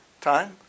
time